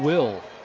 will.